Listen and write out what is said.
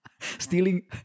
Stealing